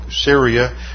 Syria